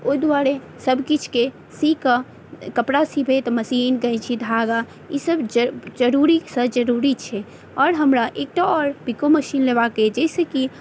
ओहि दुआरे सबकिछुके सी कऽ कपड़ा सीबै तऽ मशीन कहै छी धागा ईसब जरूरीसँ जरूरी छै आओर हमरा एकटा आओर पिको मशीन लेबाक अछि जाहिसँ कि